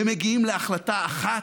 ומגיעים להחלטה אחת,